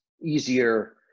easier